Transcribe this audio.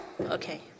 Okay